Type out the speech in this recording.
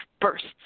bursts